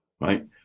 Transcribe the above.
right